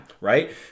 right